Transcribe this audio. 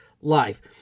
life